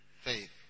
faith